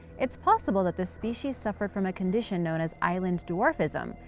it's possible that the species suffered from a condition known as island dwarfism,